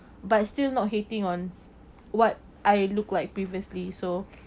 but it's still not hating on what I look like previously so